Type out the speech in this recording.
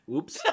Oops